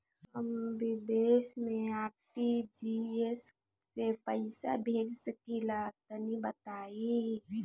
हम विदेस मे आर.टी.जी.एस से पईसा भेज सकिला तनि बताई?